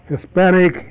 Hispanic